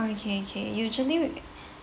okay K usually